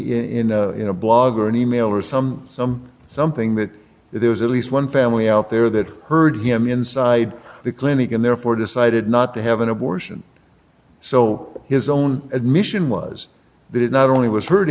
in in a blog or an email or some some something that there was at least one family out there that heard him inside the clinic and therefore decided not to have an abortion so his own admission was that it not only was h